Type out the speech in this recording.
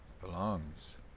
belongs